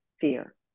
fear